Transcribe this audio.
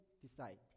decide